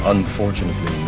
Unfortunately